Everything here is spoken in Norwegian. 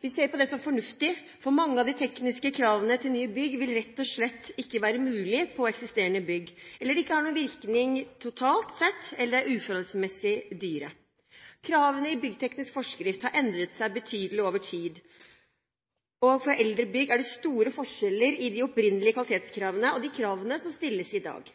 Vi ser på det som fornuftig, for mange av de tekniske kravene til nye bygg vil rett og slett ikke være mulig å gjennomføre på eksisterende bygg. De vil ikke ha noen virkning totalt sett, eller de vil være uforholdsmessig dyre. Kravene i byggteknisk forskrift har endret seg betydelig over tid, og for eldre bygg er det store forskjeller i de opprinnelige kvalitetskravene og de kravene som stilles i dag.